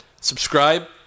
Subscribe